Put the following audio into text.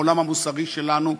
בעולם המוסרי שלנו,